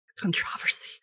Controversy